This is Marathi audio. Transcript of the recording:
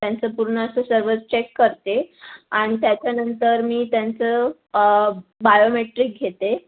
त्यांचं पूर्ण असं सर्व चेक करते आणि त्याच्यानंतर मी त्यांचं बायोमेट्रिक घेते